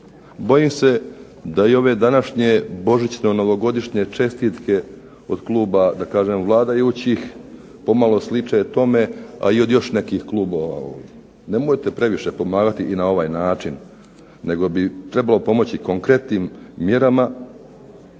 Bojim se da i ove današnje božićno-novogodišnje čestitke od kluba vladajućih pomalo sliče tome, a i od još nekih klubova ovdje. Nemojte previše pomagati na ovaj način nego bi trebalo pomoći konkretnim mjerama